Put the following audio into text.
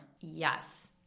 Yes